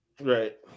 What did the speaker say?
Right